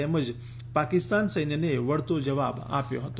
તેમજ પાકિસ્તાન સૈન્યને વળતો જવાબ આપ્યો હતો